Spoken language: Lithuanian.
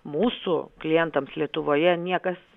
mūsų klientams lietuvoje niekas